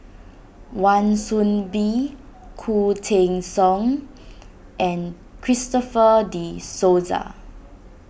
Wan Soon Bee Khoo Teng Soon and Christopher De Souza